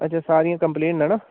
अच्छा सारियां कंपलीट न ना